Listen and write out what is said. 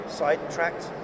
sidetracked